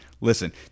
listen